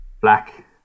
black